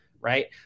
Right